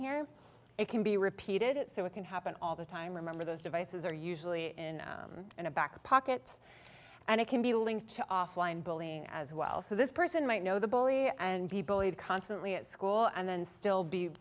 here it can be repeated it so it can happen all the time remember those devices are usually in the back pockets and it can be linked to offline bullying as well so this person might know the bully and be bullied constantly at school and then still be